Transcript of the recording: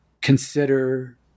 consider